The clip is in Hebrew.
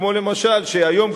כמו למשל שהיום,